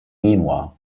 genua